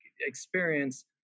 experience